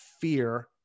fear